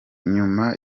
nyuma